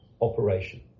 operation